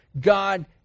God